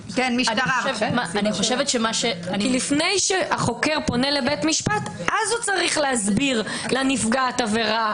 כי לפני שהחוקר פונה לבית משפט - אז הוא צריך להסביר לנפגעת עבירה.